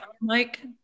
Mike